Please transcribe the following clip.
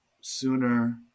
sooner